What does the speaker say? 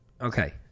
okay